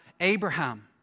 Abraham